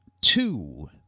two